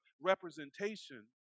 representation